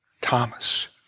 Thomas